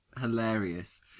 Hilarious